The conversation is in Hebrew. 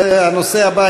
הנושא הבא,